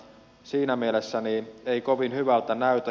siinä mielessä ei kovin hyvältä näytä